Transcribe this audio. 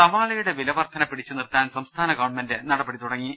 സവാളയുടെ വില വർദ്ധന പിടിച്ചുനിർത്താൻ സംസ്ഥാന ഗവൺമെന്റ് നടപടി തുടങ്ങി